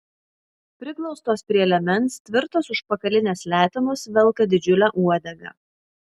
priglaustos prie liemens tvirtos užpakalinės letenos velka didžiulę uodegą